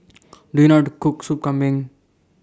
Do YOU know How to Cook Sop Kambing